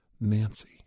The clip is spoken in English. Nancy